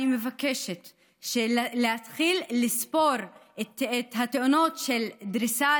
אני מבקשת להתחיל לספור את התאונות של דריסה